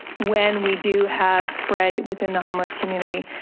when we do have spread within the homeless community.